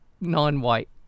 non-white